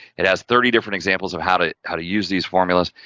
it has thirty different examples of how to, how to use these formulas,